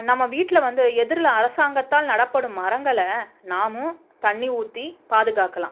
நம்ம வீட்டில் வந்து எதிரில் அரசாங்கத்தால் நடப்படும் மரங்களை நாமும் தண்ணி ஊற்றி பாதுகாக்கலாம்